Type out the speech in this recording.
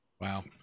Wow